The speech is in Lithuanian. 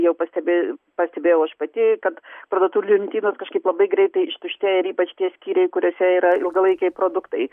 jau pastebi pastebėjau aš pati kad parduotuvių lentynos kažkaip labai greitai ištuštėja ir ypač tie skyriai kuriuose yra ilgalaikiai produktai